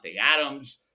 Adams